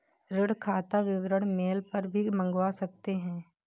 ऋण खाता विवरण मेल पर भी मंगवा सकते है